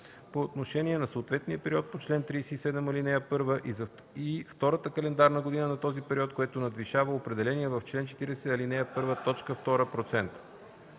по отношение на съответния период по чл. 37, ал. 1, и втората календарна година на този период, което надвишава определения в чл. 40, ал. 1, т. 2 процент.